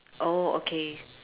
oh okay